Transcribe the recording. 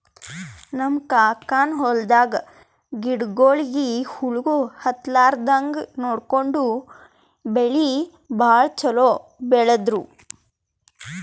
ನಮ್ ಕಾಕನ್ ಹೊಲದಾಗ ಗಿಡಗೋಳಿಗಿ ಹುಳ ಹತ್ತಲಾರದಂಗ್ ನೋಡ್ಕೊಂಡು ಬೆಳಿ ಭಾಳ್ ಛಲೋ ಬೆಳದ್ರು